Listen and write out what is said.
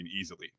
easily